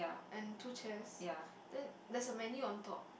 and two chairs then there's a menu on top